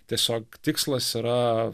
tiesiog tikslas yra